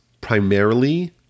primarily